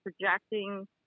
projecting